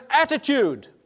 attitude